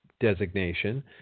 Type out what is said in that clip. designation